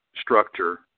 structure